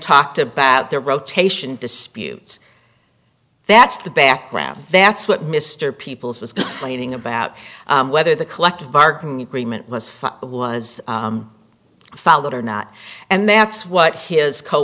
talked about their rotation disputes that's the background that's what mr people's was leaning about whether the collective bargaining agreement was fun but was followed or not and that's what his